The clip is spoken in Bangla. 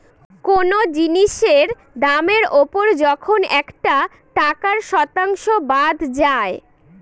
কোনো জিনিসের দামের ওপর যখন একটা টাকার শতাংশ বাদ যায়